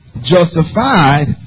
justified